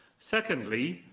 secondly,